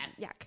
Yuck